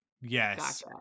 yes